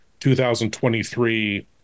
2023